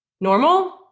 normal